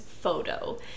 photo